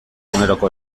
eguneroko